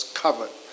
covered